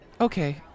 Okay